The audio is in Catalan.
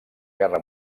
guerra